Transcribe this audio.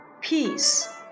peace